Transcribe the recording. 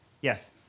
Yes